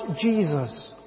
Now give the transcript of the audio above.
Jesus